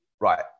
right